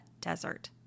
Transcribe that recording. desert